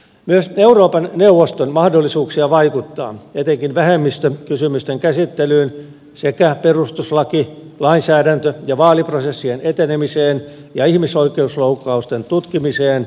myös euroopan neuvoston mahdollisuuksia vaikuttaa etenkin vähemmistökysymysten käsittelyyn sekä perustuslakilainsäädäntö ja vaaliprosessien etenemiseen ja ihmisoikeusloukkausten tutkimiseen etsitään